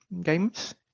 games